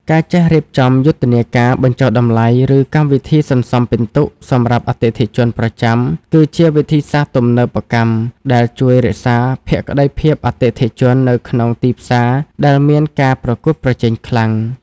ការចេះរៀបចំយុទ្ធនាការបញ្ចុះតម្លៃ ឬកម្មវិធីសន្សំពិន្ទុសម្រាប់អតិថិជនប្រចាំ គឺជាវិធីសាស្ត្រទំនើបកម្មដែលជួយរក្សាភក្តីភាពអតិថិជននៅក្នុងទីផ្សារដែលមានការប្រកួតប្រជែងខ្លាំង។